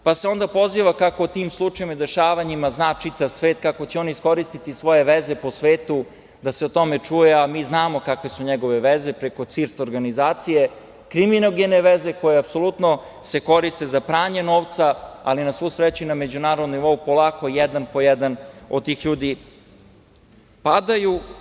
Onda se poziva kako o tim slučajevima i dešavanjima zna čitav svet, kako će oni iskoristiti svoje veze po svetu da se o tome čuje, a mi znamo kakve su njegove veze preko CINS organizacije, kriminogene veze koje se apsolutno koriste za pranje novca, ali na svu sreću na međunarodnom nivou polako jedan po jedan od tih ljudi padaju.